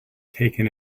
taken